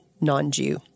non-Jew